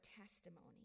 testimony